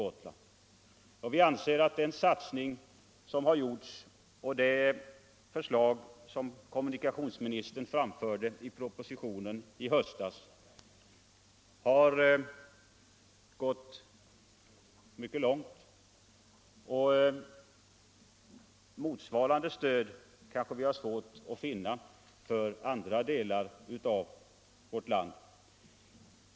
Vi anser emellertid att den satsning som har gjorts och det förslag som kommunikationsministern framförde i propositionen i höstas har gått mycket långt. Det kanske är svårt att finna något motsvarande stöd för andra delar av vårt land.